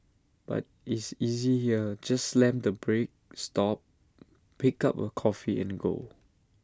but is easy here just slam the brake stop pick A cup of coffee and go